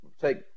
take